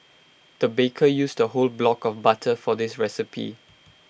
the baker used A whole block of butter for this recipe